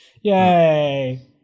Yay